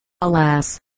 alas